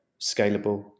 scalable